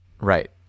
Right